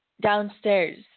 downstairs